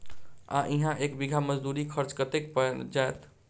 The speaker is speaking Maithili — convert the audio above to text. आ इहा एक बीघा मे मजदूरी खर्च कतेक पएर जेतय?